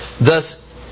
Thus